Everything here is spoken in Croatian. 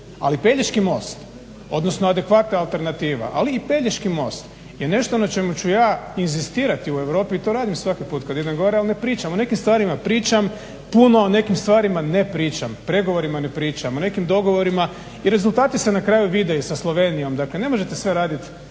Ali Pelješki most, odnosno adekvatna alternativa, ali i Pelješki most je nešto na čemu ću ja inzistirati u Europi i to radim svaki put kad idem gore, ali ne pričam. O nekim stvarima pričam puno, o nekim stvarima ne pričam, o pregovorima ne pričam, o nekim dogovorima i rezultatima se na kraju vide i sa Slovenijom. Dakle ne možete sve radit